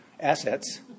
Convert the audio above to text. assets